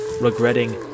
regretting